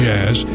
Jazz